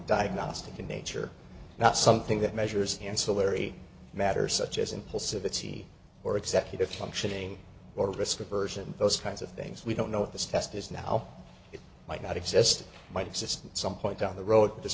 diagnostic in nature not something that measures ancillary matters such as impulsivity or executive functioning or risk aversion those kinds of things we don't know if this test is now it might not exist might exist some point down the road